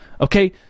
Okay